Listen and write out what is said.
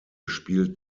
spielt